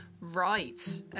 Right